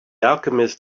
alchemist